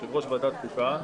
יושב-ראש ועדת החוקה,